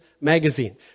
magazine